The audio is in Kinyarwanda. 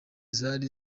zari